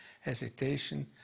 hesitation